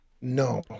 No